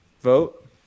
Vote